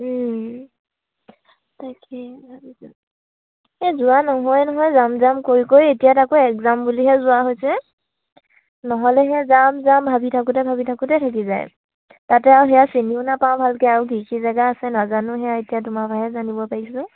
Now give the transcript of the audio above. তাকে এই যোৱা নহয় নহয় যাম যাম কৰি কৰি এতিয়া তাকো এগজাম বুলিহে যোৱা হৈছে নহ'লে হেয়া যাম যাম ভাবি থাকোঁতে ভাবি থাকোঁতে থাকি যায় তাতে আৰু সেয়া চিনিও নাপাওঁ ভালকে আৰু কি কি জেগা আছে নাজানো সেয়া এতিয়া তোমাৰপাহে জানিব পাৰিছোঁ